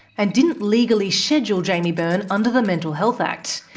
and didn't legally schedule jaimie byrne under the mental health act,